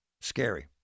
Scary